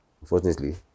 unfortunately